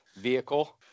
vehicle